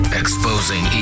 exposing